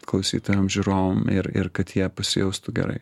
klausytojam žiūrovam ir ir kad jie pasijaustų gerai